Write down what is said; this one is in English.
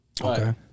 Okay